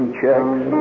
checks